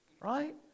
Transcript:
right